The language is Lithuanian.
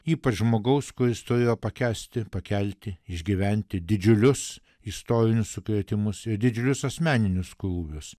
ypač žmogaus kuris turėjo pakęsti pakelti išgyventi didžiulius istorinius sukrėtimus ir didžiulius asmeninius krūvius